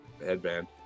headband